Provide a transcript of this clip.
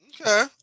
Okay